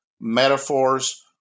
metaphors